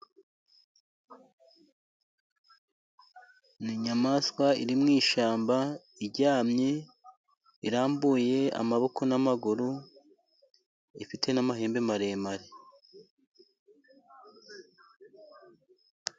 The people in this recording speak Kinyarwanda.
Ni inyamaswa iri mu ishyamba, iryamye, irambuye amaboko, n'amaguru, ifite n'amahembe maremare.